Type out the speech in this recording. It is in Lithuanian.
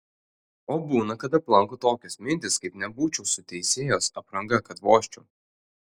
o būna kad aplanko tokios mintys kaip nebūčiau su teisėjos apranga kad vožčiau